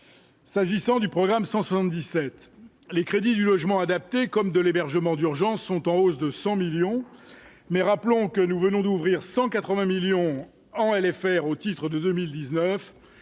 S'agissant du programme 177 les crédits du logement adapté comme de l'hébergement d'urgence sont en hausse de 100 millions mais rappelons que nous venons d'ouvrir 180 millions en elle et faire au titre de 2019